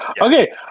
Okay